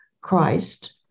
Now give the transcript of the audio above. Christ